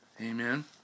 Amen